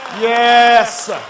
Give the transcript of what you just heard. Yes